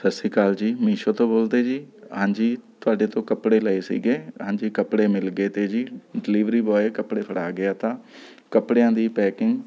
ਸਤਿ ਸ਼੍ਰੀ ਅਕਾਲ ਜੀ ਮੀਸ਼ੋ ਤੋਂ ਬੋਲਦੇ ਜੀ ਹਾਂਜੀ ਤੁਹਾਡੇ ਤੋਂ ਕੱਪੜੇ ਲਏ ਸੀਗੇ ਹਾਂਜੀ ਕੱਪੜੇ ਮਿਲ ਗਏ ਤੇ ਜੀ ਡਿਲੀਵਰੀ ਬੋਏ ਕੱਪੜੇ ਫੜਾ ਗਿਆ ਤਾ ਕੱਪੜਿਆਂ ਦੀ ਪੈਕਿੰਗ